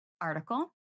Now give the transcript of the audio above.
article